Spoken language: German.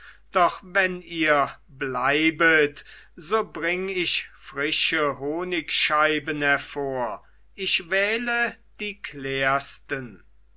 doch wenn ihr bleibet so bring ich frische honigscheiben hervor ich wähle die klärsten